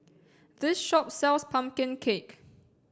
this shop sells pumpkin cake